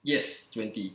yes twenty